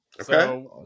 Okay